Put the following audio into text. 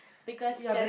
because Tur~